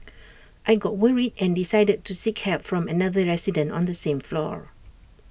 I got worried and decided to seek help from another resident on the same floor